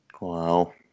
Wow